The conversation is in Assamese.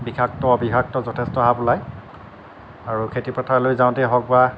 বিষাক্ত অবিষাক্ত যথেষ্ট সাপ ওলায় আৰু খেতি পথাৰলৈ যাওঁতেই হওক বা